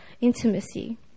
intimacy